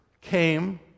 came